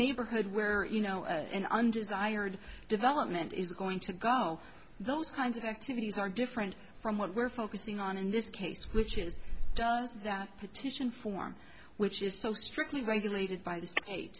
neighborhood where you know an undesired development is going to go those kinds of activities are different from what we're focusing on in this case which is does that petition form which is so strictly regulated by the state